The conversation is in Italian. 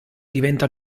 diventa